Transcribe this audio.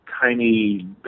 tiny